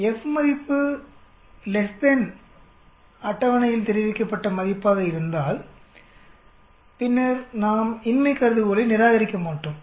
F மதிப்பு அட்டவணையில் தெரிவிக்கப்பட்ட மதிப்பாக இருந்தால்பின்னர் நாம் இன்மை கருதுகோளை நிராகரிக்க மாட்டோம்